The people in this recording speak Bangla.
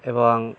এবং